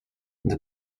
the